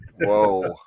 whoa